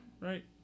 right